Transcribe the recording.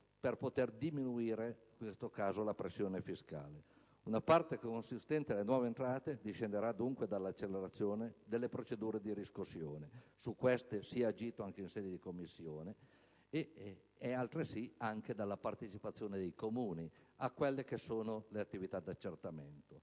la diminuzione della pressione fiscale. Una parte consistente delle nuove entrate discenderà dunque dall'accelerazione delle procedure di riscossione (su questo si è agito anche in sede di Commissione), nonché dalla partecipazione dei Comuni alle attività di accertamento.